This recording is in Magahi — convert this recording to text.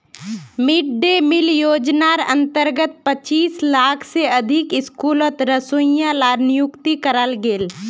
मिड डे मिल योज्नार अंतर्गत पच्चीस लाख से अधिक स्कूलोत रोसोइया लार नियुक्ति कराल गेल